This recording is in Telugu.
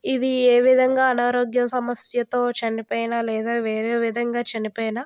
ఇది ఏ విధంగా అనారోగ్య సమస్యతో చనిపోయినా లేదా వేరే విధంగా చనిపోయినా